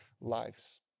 lives